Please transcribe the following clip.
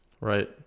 Right